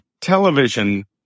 television